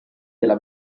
della